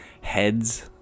heads